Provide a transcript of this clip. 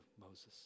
Moses